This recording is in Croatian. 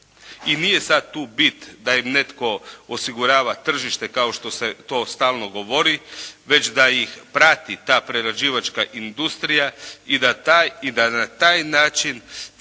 I nije sad tu bit da im netko osigurava tržište kao što se to stalno govori, već da ih prati ta prerađivačka industrija i da na taj način